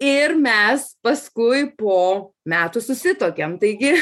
ir mes paskui po metų susituokėm taigi